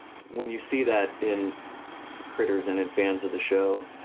when you see that in critters and in fans of the show,